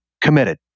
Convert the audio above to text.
committed